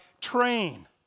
train